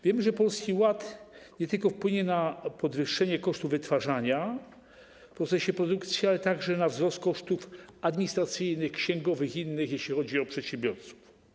Wiemy, że Polski Ład nie tylko wpłynie na podwyższenie kosztów wytwarzania w procesie produkcji, ale także na wzrost kosztów administracyjnych, księgowych i innych, jeśli chodzi o przedsiębiorców.